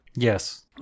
Yes